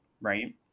Right